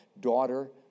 Daughter